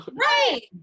Right